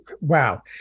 Wow